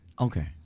Okay